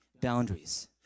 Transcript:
boundaries